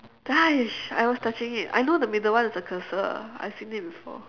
ya I was touching it I know the middle one is a cursor I've seen it before